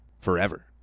Forever